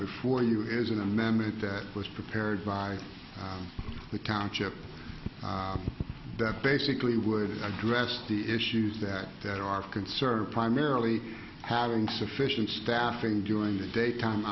before you is an amendment that was prepared by the township that basically would address the issues that that are concerned primarily having sufficient staffing doing the daytime